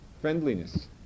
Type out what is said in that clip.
friendliness